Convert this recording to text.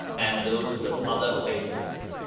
and those of other faiths,